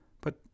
But